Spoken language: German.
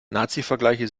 nazivergleiche